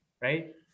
right